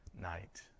night